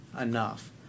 enough